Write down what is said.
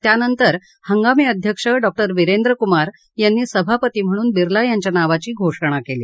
त्यानंतर इंगामी अध्यक्ष डॉक्टर विरेंद्र कुमार यांनी सभापती म्हणून बिर्ला यांच्या नावाची घोषणा केली